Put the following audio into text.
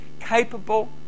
Capable